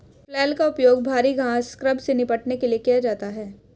flail का उपयोग भारी घास स्क्रब से निपटने के लिए किया जाता है